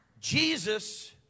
Jesus